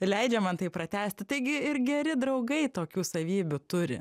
leidžia man tai pratęsti taigi ir geri draugai tokių savybių turi